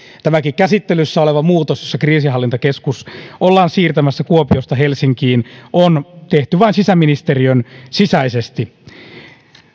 tämäkin käsittelyssä oleva muutos se että kriisinhallintakeskus ollaan siirtämässä kuopiosta helsinkiin on tehty vain sisäministeriön sisäisesti